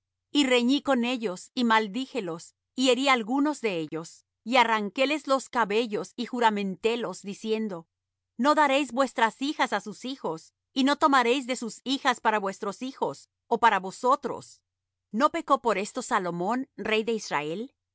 y reñí con ellos y maldíjelos y herí algunos de ellos y arranquéles los cabellos y juramentélos diciendo no daréis vuestras hijas á sus hijos y no tomaréis de sus hijas para vuestros hijos ó para vosotros no pecó por esto salomón rey de israel